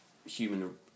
human